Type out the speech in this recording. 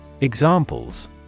Examples